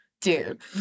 dude